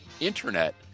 internet